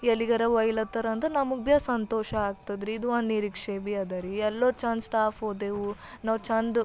ಎಲ್ಲಿಗರ ವೈಲತ್ತರ ಅಂದ್ರೆ ನಮಗೆ ಬಿ ಸಂತೋಷ ಆಗ್ತದ ರೀ ಇದು ಒಂದು ನಿರೀಕ್ಷೆ ಬಿ ಅದ ರೀ ಎಲ್ಲೋ ಛಂದ್ ಸ್ಟಾಫ್ ಹೋದೇವು ನಾವು ಛಂದ್